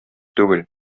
түгел